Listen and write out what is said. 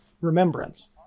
remembrance